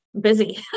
busy